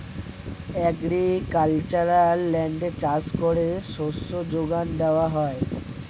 agricultural ল্যান্ডে চাষ করে শস্য যোগান দেওয়া হয়